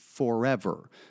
Forever